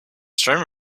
streamer